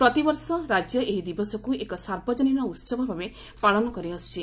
ପ୍ରତିବର୍ଷ ରାଜ୍ୟ ଏହି ଦିବସକୁ ଏକ ସାର୍ବଜନୀନ ଉତ୍ସବ ଭାବେ ପାଳନ କରିଆସୁଛି